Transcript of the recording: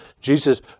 Jesus